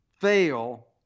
fail